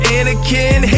Anakin